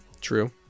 True